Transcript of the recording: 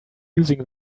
using